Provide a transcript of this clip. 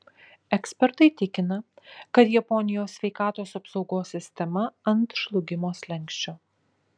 ekspertai tikina kad japonijos sveikatos apsaugos sistema ant žlugimo slenksčio